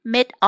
Mid